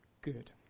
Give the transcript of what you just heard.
good